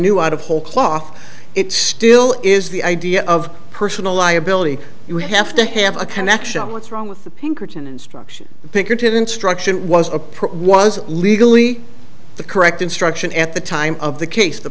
new out of whole cloth it still is the idea of personal liability you have to have a connection what's wrong with the pinkerton instruction picketed instruction it was approach was legally the correct instruction at the time of the case the